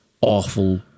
awful